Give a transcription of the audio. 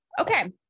Okay